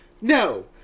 No